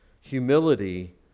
humility